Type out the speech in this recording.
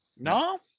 No